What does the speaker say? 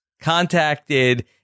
contacted